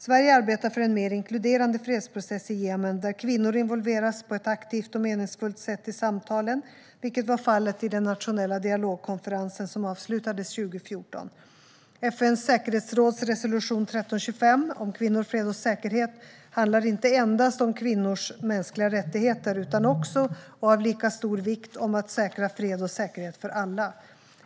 Sverige arbetar för en mer inkluderande fredsprocess i Jemen där kvinnor involveras på ett aktivt och meningsfullt sätt i samtalen, vilket var fallet i den nationella dialogkonferensen som avslutades 2014. FN:s säkerhetsråds resolution 1325 om kvinnor, fred och säkerhet handlar inte endast om kvinnors mänskliga rättigheter utan också, och av lika stor vikt, om att säkra fred och säkerhet för alla.